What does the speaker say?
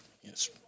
yes